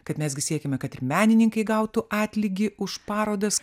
kad mes gi siekiame kad ir menininkai gautų atlygį už parodas